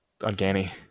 uncanny